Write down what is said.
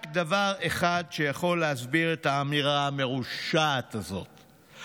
יש רק דבר אחד שיכול להסביר את האמירה המרושעת הזאת,